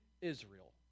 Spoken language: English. Israel